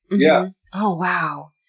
yeah. oh wow!